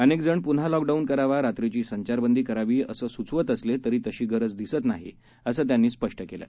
अनेकजणपुन्हालॉकडाऊनकरावा रात्रीची संचारबंदी करावीअसंसुचवतअसले तरीतशीगरजदिसतनाहीअसंत्यांनीस्पष्टकेलं